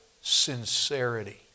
sincerity